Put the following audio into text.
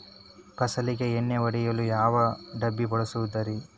ಫಸಲಿಗೆ ಎಣ್ಣೆ ಹೊಡೆಯಲು ಯಾವ ಡಬ್ಬಿ ಬಳಸುವುದರಿ?